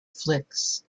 flicks